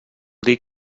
dir